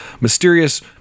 mysterious